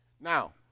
Now